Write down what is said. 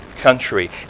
country